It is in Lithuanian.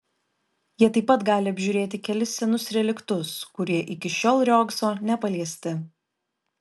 jie taip pat gali apžiūrėti kelis senus reliktus kurie iki šiol riogso nepaliesti